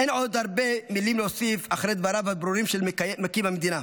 אין עוד הרבה מילים להוסיף אחרי דבריו הברורים של מקים המדינה.